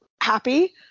happy